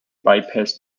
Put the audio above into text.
bypass